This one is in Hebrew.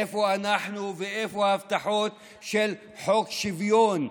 איפה אנחנו ואיפה הבטחות של חוק שוויון?